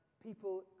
people